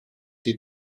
die